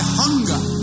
hunger